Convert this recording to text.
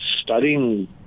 studying